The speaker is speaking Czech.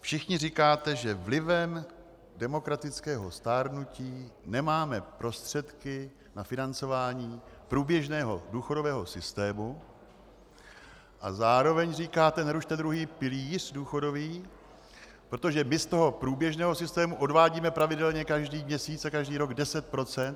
Všichni říkáte, že vlivem demografického stárnutí nemáme prostředky na financování průběžného důchodového systému, a zároveň říkáte: nerušte druhý důchodový pilíř, protože my z toho průběžného systému odvádíme pravidelně každý měsíc a každý rok 10 %.